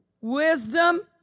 wisdom